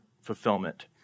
fulfillment